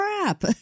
crap